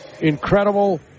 incredible